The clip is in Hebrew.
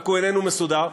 רק הוא איננו מסודר,